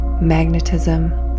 magnetism